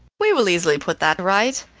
we will easily put that right.